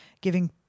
giving